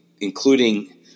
including